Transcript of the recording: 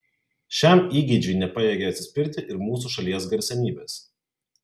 šiam įgeidžiui nepajėgė atsispirti ir mūsų šalies garsenybės